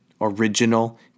original